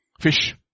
Fish